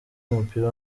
w’umupira